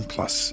Plus